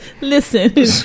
Listen